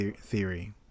theory